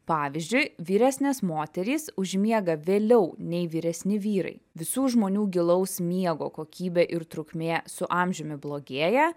pavyzdžiui vyresnės moterys užmiega vėliau nei vyresni vyrai visų žmonių gilaus miego kokybė ir trukmė su amžiumi blogėja